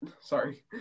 sorry